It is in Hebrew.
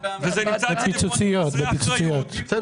אתם